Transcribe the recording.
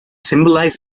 symbolize